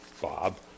Bob